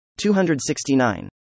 269